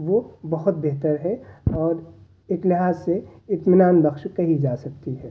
وہ بہت بہتر ہے اور ایک لحاظ سے اطمینان بخش کہی جا سکتی ہے